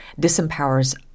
disempowers